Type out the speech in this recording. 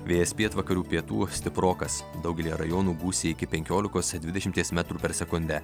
vėjas pietvakarių pietų stiprokas daugelyje rajonų gūsiai iki penkiolikos dvidešimties metrų per sekundę